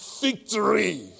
victory